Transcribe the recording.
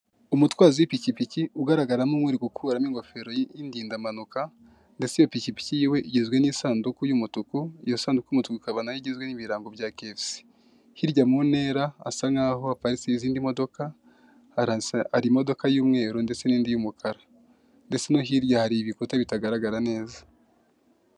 Umutwazi w'pikipiki ugaragara nk'uri gukuramo ingofero y'indindampanuka indetse iyo pikipiki yiwe igizwe n'isanduku y'umutuku iyo sanduku y'umutuku ikaba nayo igizwe n'ibirambo bya kiyefusi hirya, mu ntera hasa nk'aho haparitse izindi modoka, hari y'umweru ndetse n'indi y'umukara, ndetse no hirya hari ibikuta bitagaragara neza.